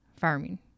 farming